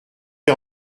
des